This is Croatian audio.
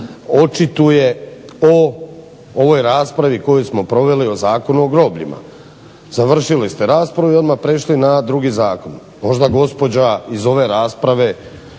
očituje o ovoj raspravi koju smo proveli o Zakonu o grobljima. Završili ste raspravu i odmah prešli na drugi zakon. Možda gospođa iz ove rasprave